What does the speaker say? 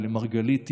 ולמרגלית,